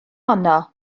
yno